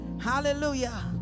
hallelujah